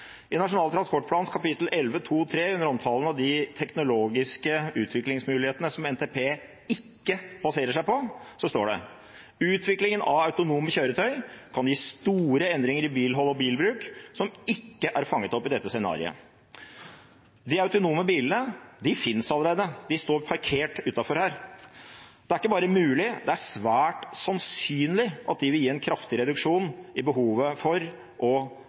I Nasjonal transportplan kapittel 11.2.3., under omtalen av de teknologiske utviklingsmulighetene som NTP ikke baserer seg på, står det: Utviklingen av autonome kjøretøy «kan gi store endringer i bilhold og bilbruk, som ikke er fanget opp i dette scenarioet». De autonome bilene finnes allerede – de står parkert utenfor her. Det er ikke bare mulig, det er svært sannsynlig at de vil gi en kraftig reduksjon i behovet for